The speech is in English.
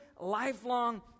lifelong